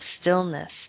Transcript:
stillness